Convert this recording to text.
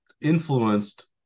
influenced